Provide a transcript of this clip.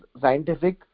scientific